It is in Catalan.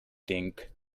tinc